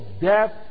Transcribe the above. death